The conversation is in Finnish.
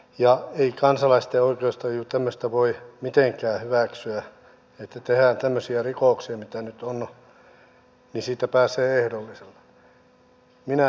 ja ei kansalaisten oikeustaju tämmöistä voi mitenkään hyväksyä että tehdään tämmöisiä rikoksia mitä nyt on ja niistä pääsee ehdollisella